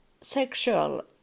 sexual